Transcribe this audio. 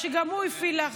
הוועדה, שגם הוא הפעיל לחץ.